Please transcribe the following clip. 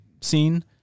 scene